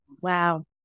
Wow